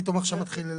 פתאום עכשיו מתחיל.